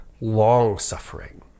Long-suffering